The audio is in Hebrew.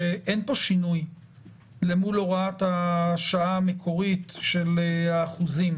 שאין פה שינוי מול הוראת השעה המקורית של האחוזים.